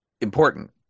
important